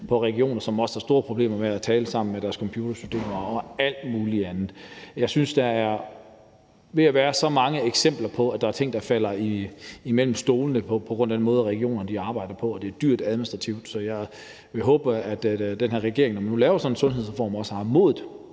på regioner, som også har store problemer med at tale sammen med hensyn til deres computersystemer og alt muligt andet. Jeg synes, der er ved at være så mange eksempler på, at der er ting, der falder imellem stolene på grund af den måde, regionerne arbejder på, og det er administrativt dyrt. Så jeg vil håbe, at den her regering, når man nu laver sådan en sundhedsreform, også har modet